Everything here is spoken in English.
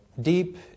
deep